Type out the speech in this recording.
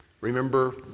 Remember